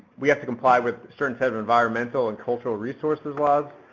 we have to comply with certain set of environmental and cultural resources laws.